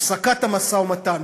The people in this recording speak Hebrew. הפסקת המשא-ומתן,